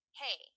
hey